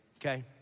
okay